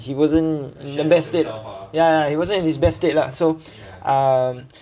he wasn't best state ya he wasn't in his best state lah so um